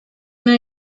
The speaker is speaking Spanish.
una